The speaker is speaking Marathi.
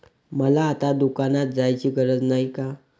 मला आता दुकानात जायची गरज नाही का?